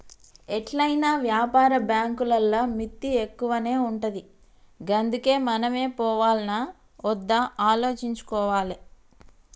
ఎట్లైనా వ్యాపార బాంకులల్ల మిత్తి ఎక్కువనే ఉంటది గందుకే మనమే పోవాల్నా ఒద్దా ఆలోచించుకోవాలె